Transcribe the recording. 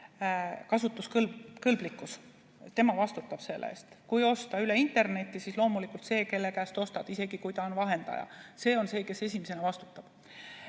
kasutuskõlblikkus, tema vastutab selle eest. Kui osta interneti kaudu, siis loomulikult see, kelle käest ostad, isegi kui ta on vahendaja, on see, kes esimesena vastutab.